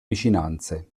vicinanze